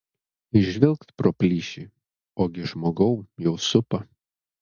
žvilgt pro plyšį ogi žmogau jau supa